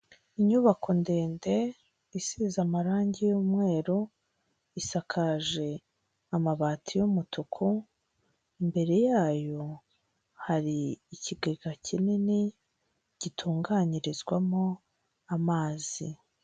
Inyubako ndende isize amarangi y'umweru isakaje amabati y'umutuku imbere yayo hari ikigega kinini gitunganyirizwamo amazi.